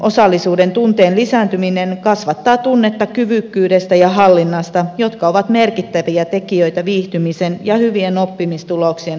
osallisuuden tunteen lisääntyminen kasvattaa tunnetta kyvykkyydestä ja hallinnasta jotka ovat merkittäviä tekijöitä viihtymisen ja hyvien oppimistuloksien saavuttamiseksi